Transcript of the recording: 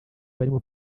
barimo